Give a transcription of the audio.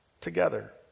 together